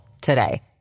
today